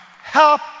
Help